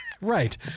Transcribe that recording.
Right